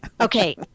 okay